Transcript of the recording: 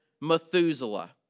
Methuselah